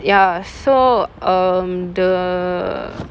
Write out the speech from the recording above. ya so um the